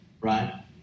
right